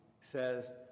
says